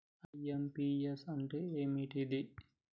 IMPS అంటే ఏంటిది?